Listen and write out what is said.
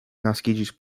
naskiĝis